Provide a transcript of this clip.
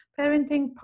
parenting